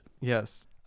Yes